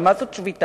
הרי מה זאת שביתה?